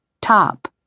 top